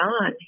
on